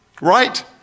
Right